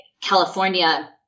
California